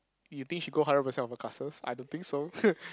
you think she go hundred percent of her classes I don't think so